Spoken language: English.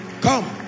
Come